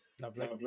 lovely